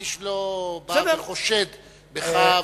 איש לא בא וחושד בך,